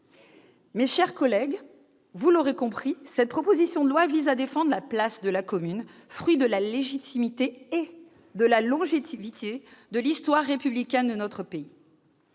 Mes chers collègues, vous l'aurez compris, cette proposition de loi vise à défendre la place de la commune, fruit de la légitimité et de la longévité de l'histoire républicaine de notre pays.